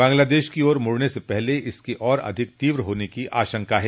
बंगलादेश की ओर मुड़ने से पहले इसके और अधिक तोव होने की आशंका है